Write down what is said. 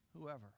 whoever